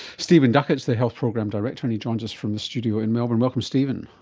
stephen duckett is the health program director and he joins us from the studio in melbourne. welcome stephen.